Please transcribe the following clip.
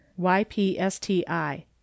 YPSTI